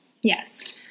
Yes